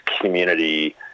community